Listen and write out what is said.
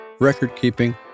record-keeping